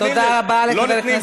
תודה רבה לחבר הכנסת,